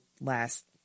last